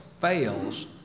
fails